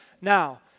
Now